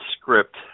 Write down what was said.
script